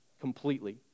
completely